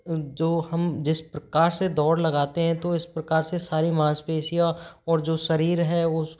जो हम जिस प्रकार से दौड़ लगाते हैं तो इस प्रकार से सारे मांसपेशियाँ और जो शरीर है